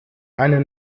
eine